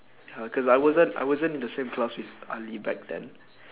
uh cause I wasn't I wasn't in the same class with ali back then